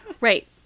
Right